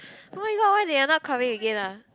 oh-my-god why they are not coming again lah